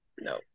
no